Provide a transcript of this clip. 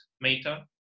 meta